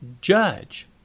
judge